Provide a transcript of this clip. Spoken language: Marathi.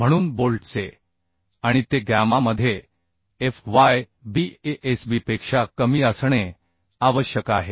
म्हणून बोल्टचे आणि ते गॅमा मध्ये fyb Asbपेक्षा कमी असणे आवश्यक आहे